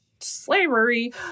slavery